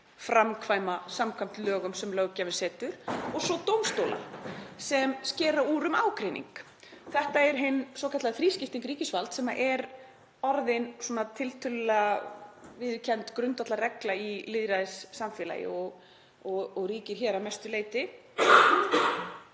framkvæma samkvæmt lögum sem löggjafinn setur, og svo dómstólar sem skera úr um ágreining. Þetta er hin svokallaða þrískipting ríkisvalds sem er orðin tiltölulega viðurkennd grundvallarregla í lýðræðissamfélagi og ríkir hér á landi að mestu leyti